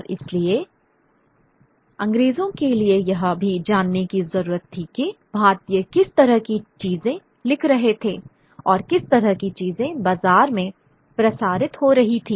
और इसलिए अंग्रेजों के लिए यह भी जानने की जरूरत थी कि भारतीय किस तरह की चीजें लिख रहे थे और किस तरह की चीजें बाजार में प्रसारित हो रही थी